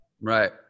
Right